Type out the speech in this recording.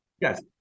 yes